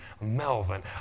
Melvin